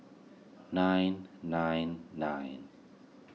nine nine nine